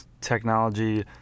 technology